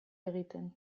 egiten